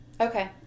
Okay